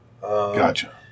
Gotcha